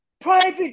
Private